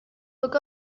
look